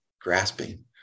grasping